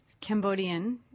Cambodian